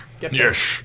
Yes